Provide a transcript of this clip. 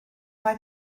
mae